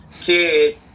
Kid